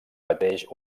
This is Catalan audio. pateix